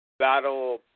battle